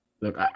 look